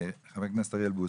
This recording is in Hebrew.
חבר הכנסת אוריאל בוסו,